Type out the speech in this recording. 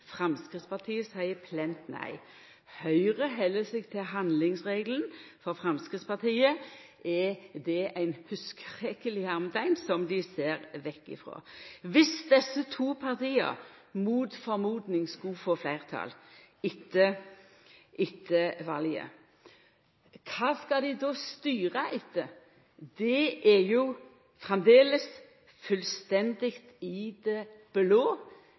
Framstegspartiet seier plent nei. Høgre held seg til handlingsregelen. For Framstegspartiet er det ein «hugseregel» som dei ser vekk ifrå. Viss desse to partia, mot det ein skulle venta seg, skulle få fleirtal etter valet, kva skal dei då styra etter? Det er jo framleis fullstendig i det blå.